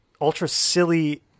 ultra-silly